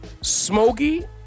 smoky